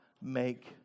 make